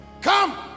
Come